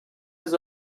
his